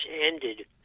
ended